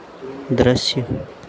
दृश्य